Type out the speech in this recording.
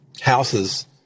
houses